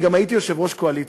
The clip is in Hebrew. אני גם הייתי יושב-ראש קואליציה,